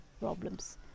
problems